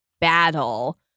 battle